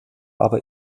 aber